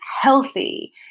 healthy